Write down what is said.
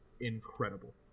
incredible